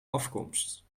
afkomst